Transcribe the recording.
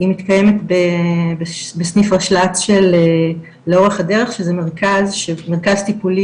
היא מתקיימת בסניף ראשל"צ של "לאורך הדרך" שזה מרכז טיפולי